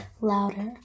louder